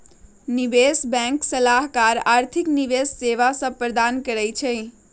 निवेश बैंक सलाहकार आर्थिक निवेश सेवा सभ प्रदान करइ छै